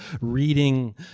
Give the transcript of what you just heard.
reading